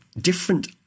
different